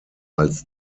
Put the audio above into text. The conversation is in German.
als